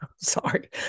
Sorry